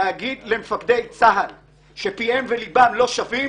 להגיד למפקדי צה"ל שפיהם וליבם לא שווים